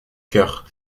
cœur